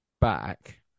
back